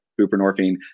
buprenorphine